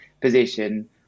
position